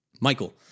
Michael